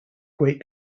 great